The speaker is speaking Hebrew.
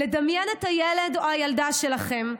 לדמיין את הילד או הילדה שלכם,